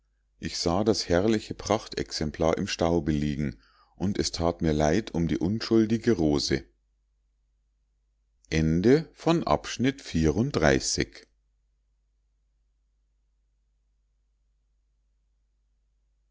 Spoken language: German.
ich sah das herrliche prachtexemplar im staube liegen und es that mir leid um die unschuldige rose